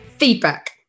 Feedback